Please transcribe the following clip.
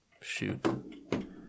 shoot